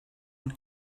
you